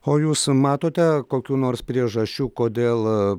o ar jūs matote kokių nors priežasčių kodėl